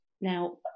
Now